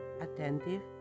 attentive